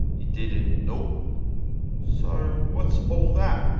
you didn't? nope so, what's all that?